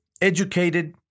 educated